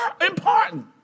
important